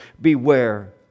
beware